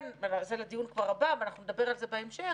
זה לדיון כבר הבא ואנחנו נדבר על זה בהמשך,